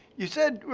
you said,